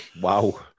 Wow